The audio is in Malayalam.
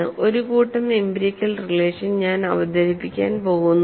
ആ ഒരു കൂട്ടം എംപിരിക്കൽ റിലേഷൻ ഞാൻ അവതരിപ്പിക്കാൻ പോകുന്നു